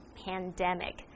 pandemic